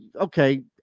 okay